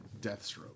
Deathstroke